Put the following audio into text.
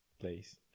place